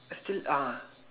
still uh